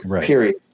Period